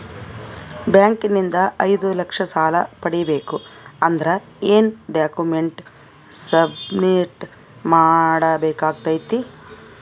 Bank ನಿಂದ ಐದು ಲಕ್ಷ ಸಾಲ ಪಡಿಬೇಕು ಅಂದ್ರ ಏನ ಡಾಕ್ಯುಮೆಂಟ್ ಸಬ್ಮಿಟ್ ಮಾಡ ಬೇಕಾಗತೈತಿ?